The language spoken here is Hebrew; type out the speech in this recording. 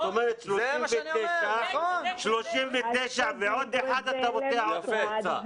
זאת אומרת, 39 תלמידים בכיתה.